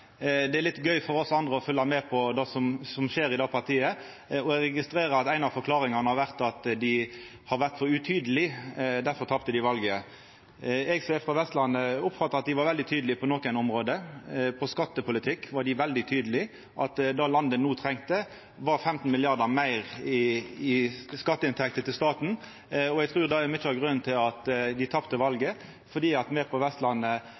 Det er litt gøy for oss andre å følgja med på det som skjer i det partiet. Eg registrerer at ei av forklaringane er at dei har vore for utydelege, difor tapte dei valet. Eg, som er frå Vestlandet, oppfatta at dei var veldig tydelege på nokre område. På skattepolitikk var dei veldig tydelege: Det landet no trong, var 15 mrd. kr meir i skatteinntekter til staten. Eg trur det er mykje av grunnen til at dei tapte valet. Me på Vestlandet